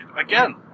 Again